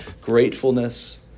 Gratefulness